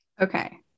Okay